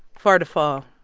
far to fall